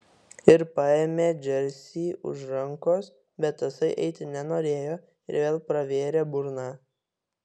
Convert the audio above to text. ir paėmė džersį už rankos bet tasai eiti nenorėjo ir vėl pravėrė burną